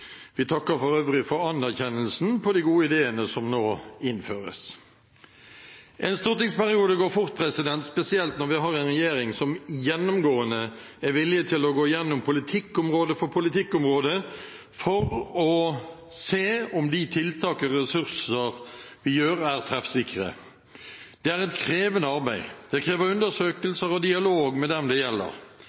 Vi takker for øvrig for anerkjennelsen av de gode ideene som nå innføres. En stortingsperiode går fort, spesielt når vi har en regjering som gjennomgående er villig til å gå gjennom politikkområde for politikkområde for å se om tiltak og ressurser er treffsikre. Det er et krevende arbeid. Det krever undersøkelser og dialog med dem det gjelder.